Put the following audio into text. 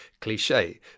cliche